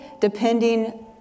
depending